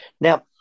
Now